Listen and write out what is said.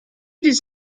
does